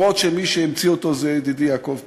אפילו שמי שהמציא אותו זה ידידי יעקב פרי,